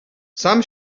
sam